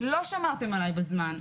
לא שמרתם עליי בזמן.